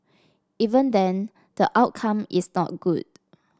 even then the outcome is not good